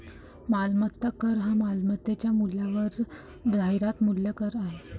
मालमत्ता कर हा मालमत्तेच्या मूल्यावरील जाहिरात मूल्य कर आहे